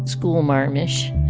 schoolmarm-ish.